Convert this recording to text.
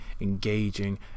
engaging